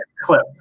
clip